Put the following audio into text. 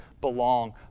belong